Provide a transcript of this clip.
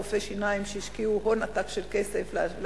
רופאי שיניים שהשקיעו הון עתק בהפיכת